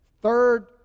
Third